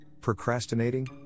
procrastinating